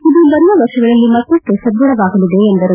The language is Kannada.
ಇದು ಬರುವ ವರ್ಷಗಳಲ್ಲಿ ಮತ್ತಪ್ಪು ಸಧೃಡವಾಗಲಿದೆ ಎಂದರು